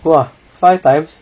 !wah! five times